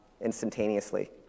instantaneously